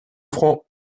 francs